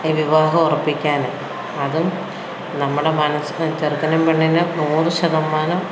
ഈ വിവാഹം ഉറപ്പിക്കാന് അതും നമ്മുടെ മനസ്സിന് ചെറുക്കനും പെണ്ണിനും നൂറ് ശതമാനം